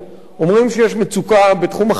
אומרים שיש מצוקה בתחום החקלאות.